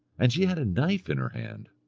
and she had a knife in her hand.